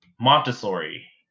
Montessori